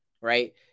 right